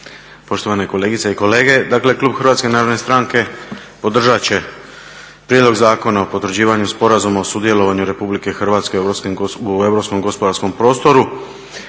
poštovane kolegice i kolege. Dakle klub HNS-a podržat će prijedlog Zakona o potvrđivanju Sporazuma o sudjelovanju RH u europskom gospodarskom prostoru.